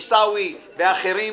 עיסאווי ואחרים,